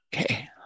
Okay